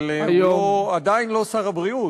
אבל הוא עדיין לא שר הבריאות.